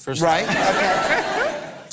Right